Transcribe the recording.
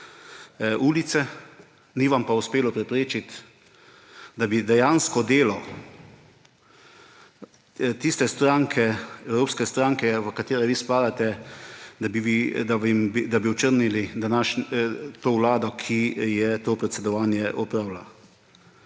ulice, ni vam pa uspelo preprečiti, da bi dejansko delo tiste stranke, evropske stranke, v katere vi spadate, da bi očrnili to vlado, ki je to predsedovanje opravila.